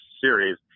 series